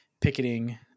picketing